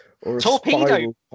Torpedo